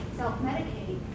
self-medicate